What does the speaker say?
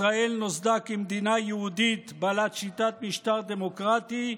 ישראל נוסדה כמדינה יהודית בעלת שיטת משטר דמוקרטי,